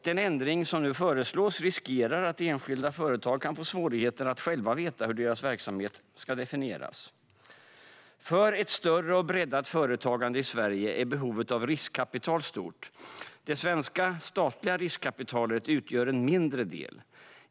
Den ändring som nu föreslås riskerar att medföra att enskilda företag kan få svårigheter att själva veta hur deras verksamhet ska definieras. För ett större och breddat företagande i Sverige är behovet av riskkapital stort. Det svenska statliga riskkapitalet utgör en mindre del.